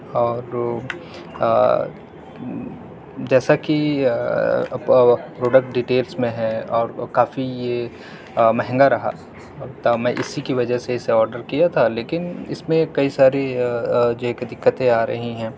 اور جیسا کہ پروڈکٹ ڈٹیلس میں ہے اور کافی یہ مہنگا رہا تا میں اسی کی وجہ سے اسے آرڈر کیا تھا لیکن اس میں کئی ساری جو ہے کہ دقتیں آ رہی ہیں